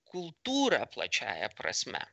kultūrą plačiąja prasme